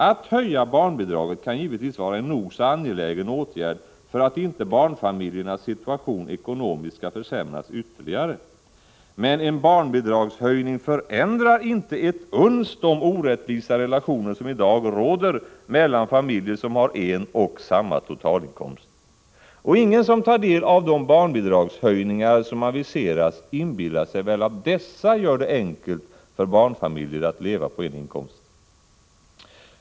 Att höja barnbidraget kan givetvis vara en nog så angelägen åtgärd för att inte barnfamiljernas situation ekonomiskt skall försämras ytterligare, men en barnbidragshöjning förändrar inte ett uns de orättvisa relationer som i dag råder mellan familjer som har en och samma totalinkomst. Och ingen inbillar sig väl att de barnbidragshöjningar som aviseras gör det enkelt för barnfamiljer att leva på en inkomst.